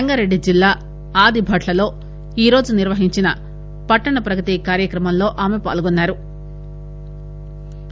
రంగారెడ్డి జిల్లా ఆదిభట్ల లో ఈరోజు నిర్వహించిన పట్టణ ప్రగతి కార్యక్రమంలో ఆమె పాల్గొన్నారు